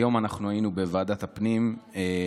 היום אנחנו היינו בוועדת הפנים וככה